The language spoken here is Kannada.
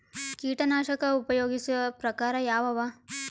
ಕೀಟನಾಶಕ ಉಪಯೋಗಿಸೊ ಪ್ರಕಾರ ಯಾವ ಅವ?